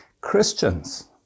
Christians